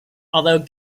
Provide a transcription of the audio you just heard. although